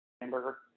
hamburger